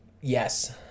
yes